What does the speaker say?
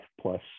plus